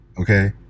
Okay